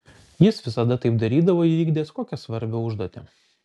jis visada taip darydavo įvykdęs kokią svarbią užduotį